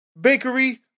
bakery